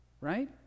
right